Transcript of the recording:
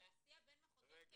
להסיע בין מחוזות,